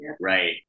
Right